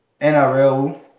NRL